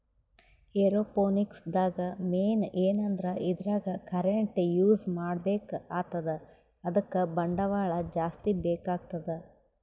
aeroponics ದಾಗ್ main ಏನಂದ್ರ ಇದ್ರಾಗ್ ಕರೆಂಟ್ ಯೂಸ್ ಮಾಡ್ಬೇಕ್ ಆತದ್ ಅದಕ್ಕ್ ಬಂಡವಾಳ್ ಜಾಸ್ತಿ ಬೇಕಾತದ್